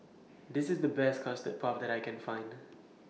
This IS The Best Custard Puff that I Can Find